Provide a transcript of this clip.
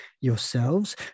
yourselves